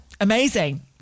amazing